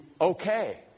okay